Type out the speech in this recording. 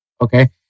Okay